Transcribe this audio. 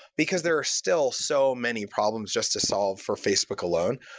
because there are still so many problems just to solve for facebook alone.